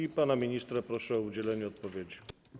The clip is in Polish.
I pana ministra proszę o udzielenie odpowiedzi.